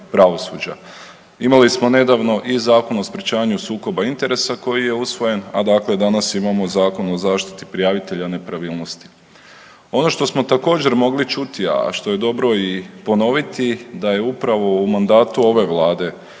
pravosuđa. Imali smo nedavno i Zakon o sprečavanju sukoba interesa koji je usvojen, a dakle danas imamo Zakon o zaštiti prijavitelja nepravilnosti. Ono što smo također mogli čuti, a što je dobro i ponoviti da je upravo u mandatu ove Vlade